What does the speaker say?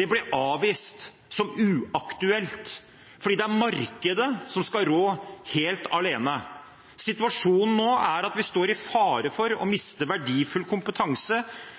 blir avvist som uaktuelt, fordi markedet skal rå helt alene. Situasjonen nå er at vi står i fare for å miste verdifull kompetanse,